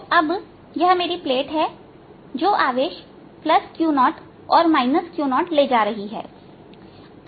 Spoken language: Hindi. तो अब यह मेरी प्लेट है जो आवेश Q0और Q0 ले जा रही है